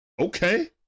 Okay